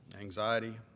anxiety